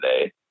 today